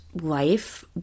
life